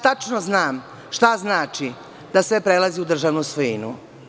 Tačno znam šta znači da sve prelazi u državnu svojinu.